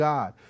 God